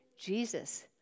Jesus